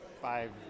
five